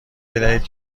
بدهید